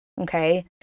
Okay